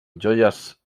joies